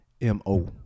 M-O